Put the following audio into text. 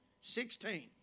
Sixteen